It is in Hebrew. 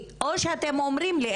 או שזה מה שאתם אומרים לי,